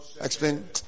Explain